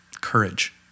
Courage